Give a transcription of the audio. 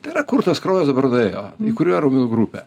tai yra kur tas kraujas dabar nuėjo į kurią raumenų grupę